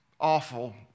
awful